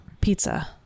pizza